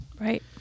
Right